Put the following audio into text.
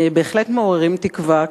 בהחלט מעוררים תקווה,